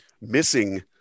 missing